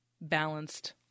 balanced